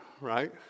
right